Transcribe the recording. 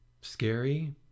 scary